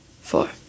four